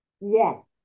Yes